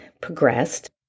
progressed